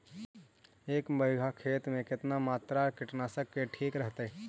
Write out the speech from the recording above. एक बीघा खेत में कितना मात्रा कीटनाशक के ठिक रहतय?